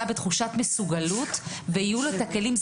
בתחושת מסוגלות ויהיו לו את הכלים.